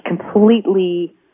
completely